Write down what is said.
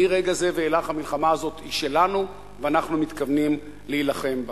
מרגע זה ואילך המלחמה הזאת היא שלנו ואנחנו מתכוונים להילחם בה.